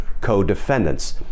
co-defendants